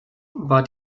war